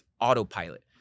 autopilot